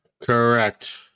Correct